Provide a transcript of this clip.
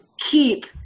keep